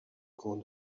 cours